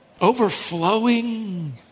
overflowing